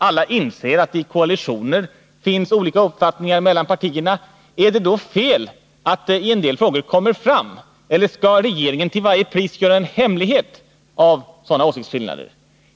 Alla inser att det i koalitioner finns olika uppfattningar mellan partierna. Är det då fel att detta kommer fram i en del frågor? Skall regeringen till varje pris göra en hemlighet av sådana åsiktsskillnader?